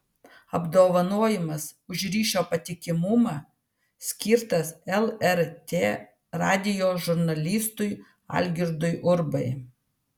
apdovanojimas už ryšio patikimumą skirtas lrt radijo žurnalistui algirdui urbai